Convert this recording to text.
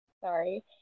sorry